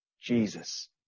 Jesus